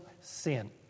sin